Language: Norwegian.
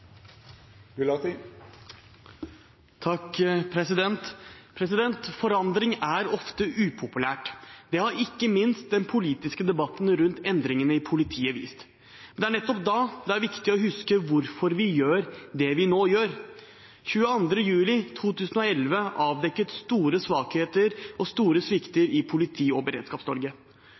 ofte upopulært. Det har ikke minst den politiske debatten rundt endringene i politiet vist. Nettopp da er det viktig å huske hvorfor vi gjør det vi nå gjør. 22. juli 2011 avdekket store svakheter og store svikter i Politi- og